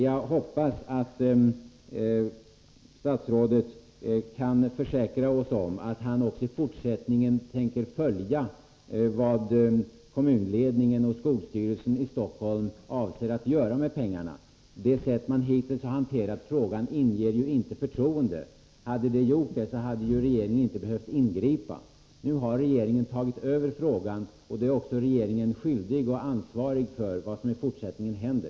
Jag hoppas att statsrådet kan försäkra oss om att han också i fortsättningen tänker följa vad kommunledningen och skolstyrelsen i Stockholm avser att göra med pengarna. Det sätt man hittills har hanterat frågan på inger ju inte förtroende. Hade det gjort det hade ju regeringen inte behövt ingripa. Nu har regeringen tagit över frågan, och då är den också skyldig och ansvarig för vad som i fortsättningen händer.